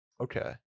okay